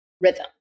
rhythm